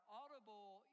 audible